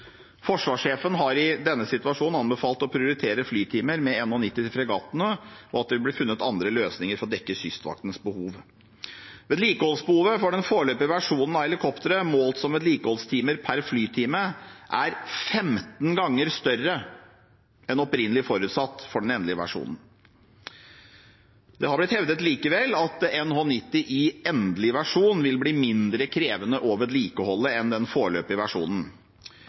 Forsvarssjefen har i denne situasjonen anbefalt å prioritere flytimer med NH90 til fregattene, og at det blir funnet andre løsninger for å dekke Kystvaktens behov. Vedlikeholdsbehovet for den foreløpige versjonen av helikoptret – målt som vedlikeholdstimer per flytime – er 15 ganger større enn opprinnelig forutsatt for den endelige versjonen. Det er likevel blitt hevdet at NH90 i endelig versjon vil bli mindre krevende å vedlikeholde enn den foreløpige versjonen.